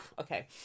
okay